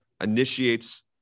initiates